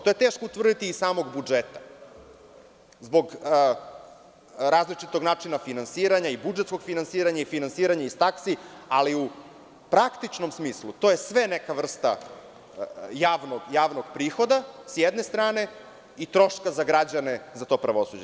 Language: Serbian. To je teško utvrditi iz samog budžeta, zbog različitog načina finansiranja i budžetskog finansiranja i finansiranja iz taksi, ali u praktičnom smislu to je sve neka vrsta javnog prihoda, s jedne strane, i troška za građane za to pravosuđe.